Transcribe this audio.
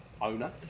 owner